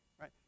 right